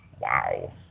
Wow